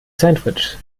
sandwich